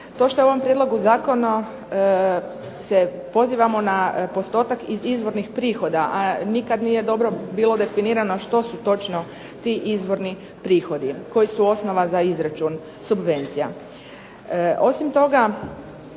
To što je u ovom prijedlogu zakona se pozivamo na postotak iz izvornih prihoda,a nikad nije dobro bilo definirano što su točno to izvorni prihodi koji su osnova za izračun subvencija. Osim toga